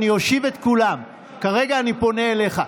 אני אושיב את כולם, כרגע אני פונה אליך.